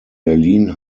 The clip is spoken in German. berlin